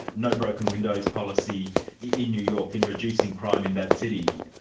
no broken windows policy in new york in reducing crime in that city.